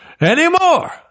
anymore